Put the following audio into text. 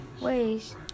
ways